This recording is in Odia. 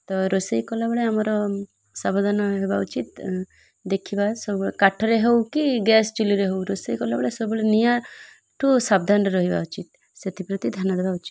ତ ରୋଷେଇ କଲାବେଳେ ଆମର ସାବଧାନ ହେବା ଉଚିତ୍ ଦେଖିବା ସବୁବେଳେ କାଠରେ ହେଉ କି ଗ୍ୟାସ୍ ଚୁଲିରେ ହେଉ ରୋଷେଇ କଲାବେଳେ ସବୁବେଳେ ନିଆଁଠୁ ସାବଧାନରେ ରହିବା ଉଚିତ୍ ସେଥିପ୍ରତି ଧ୍ୟାନ ଦେବା ଉଚିତ୍